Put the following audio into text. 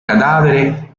cadavere